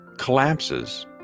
collapses